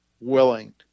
willing